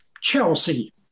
Chelsea